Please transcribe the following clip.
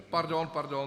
Pardon. Pardon.